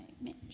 Mitch